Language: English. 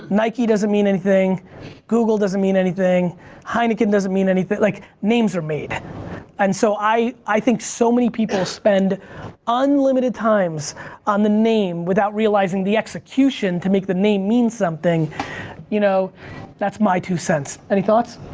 nike doesn't mean anything google doesn't mean anything heineken doesn't mean anything like names are made and so i i think so many people spend unlimited times on the name without realizing the execution to make the name mean something you know that's my two cents any thoughts?